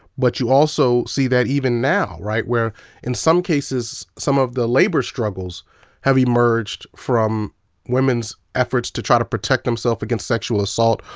but you also see that even now, where in some cases, some of the labor struggles have emerged from women's efforts to try to protect themselves against sexual assault,